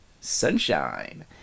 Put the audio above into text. Sunshine